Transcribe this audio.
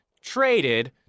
traded